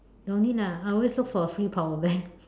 don't need lah I always look for a free power bank